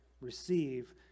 receive